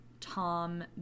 Tom